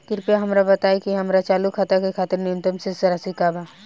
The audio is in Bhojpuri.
कृपया हमरा बताइ कि हमार चालू खाता के खातिर न्यूनतम शेष राशि का बा